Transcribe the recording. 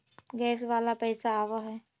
Gas वाला पैसा आव है?